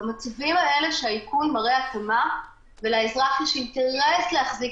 במצבים האלה שהאיכון מראה התאמה לאזרח יש אינטרס להחזיק